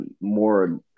more